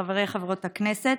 חברי וחברות הכנסת,